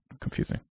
Confusing